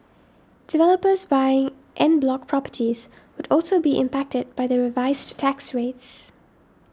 developers buying en bloc properties would also be impacted by the revised tax rates